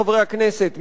חברי הכנסת,